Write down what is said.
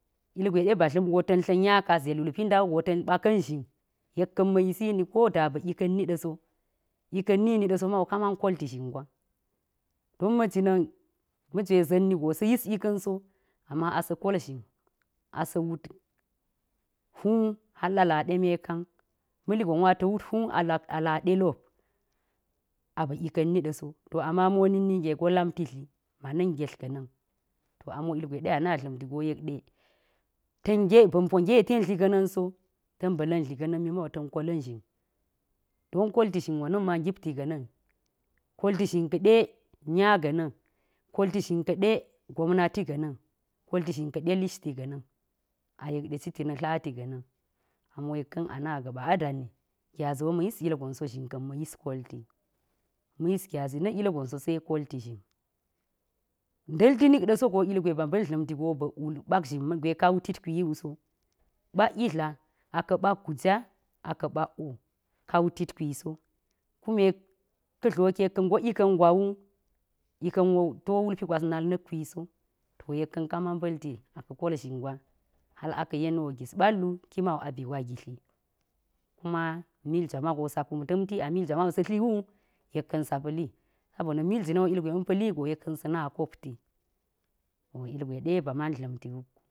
Ilgweɗe ba dla̱m go yek ɗe ze lulpi nda wu go ta̱n tdla̱nya ka ta̱a̱ ɓaka̱n zhin, yek ka̱n ma̱a̱ yisi ni ko da ba̱ ika̱n ni ɗa̱so, ika̱n ni ni ɗa̱ so mago ka man kolti zhin gwa, don maji na̱n, ma̱jwe za̱n ni go sa̱ yis ika̱n so amma a sa̱a̱ kol zhin, a sa̱a̱ wut hwuu hal a la ɗe meka̱n, ma̱li gon wo a ti wut hwuu a la ɗe lop, a ba̱ ika̱n ni ɗa̱ so. to amma mi wo na̱k ninge gom a lamti dli mana̱n ngetl ga̱ na̱a̱n. to amma ami wo ilgwe a na dla̱mti go yek ɗe, ta̱n la, ba̱npo nge ten dlii ga̱ na̱a̱n so, ta̱n ba̱la̱n dli ga̱na̱a̱n mi ma wu ta̱n kola̱n zhin. don kolti zhin wo na̱ma ngipti ga̱ na̱a̱n. Kolti zhin ka̱ɗe nya ga̱ na̱a̱n, kolti zhin ka̱ɗe gomnati ga̱ na̱a̱n, kolti zhin ka̱ɗe lishti ga̱ na̱a̱n, a yekɗe citi na̱ tlati ga̱ na̱a̱n. a mi wo yek ka̱n a nima ga̱ɓa a dani, gyazi wo ma̱a̱ yis ilgon so, zhin ka̱n ma̱a̱ yis kolti. ma̱a̱ yis gyazi na̱ ilgon so se kolti zhin. Dla̱lti nik ɗa̱ so go ilgwe ba mba̱l dla̱mti go ɓak wul ɓak zhin gwe ka wutit kwi wu so, ɓak idla a ka̱ ɓak guja, a ka̱ ɓak woo, ka wutit kwi so, kume ka̱ dloki yek ka̱ ngo ika̱n gwa wu, ika̱n wo to wulpi gwas nal na̱k kwi so. to yek ka̱n kam man pa̱lti a ka̱ kol zhin gwa, hal aka̱ yeni wo gis ɓal wu, ki ma wu a bi gwa a gidli. kuma mil jwa ma go sa kum ta̱mti, a mil jwa mago sa̱a̱ dli wu, yek ka̱n saa pa̱li, sabo na̱ mil jii na̱n wo ilgwe a ma̱a̱ pa̱li go yek ka̱n a sa̱a̱ na kopti, to ilgwe ɗe ba man dla̱mti wuk gu.